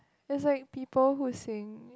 it's like people who is sing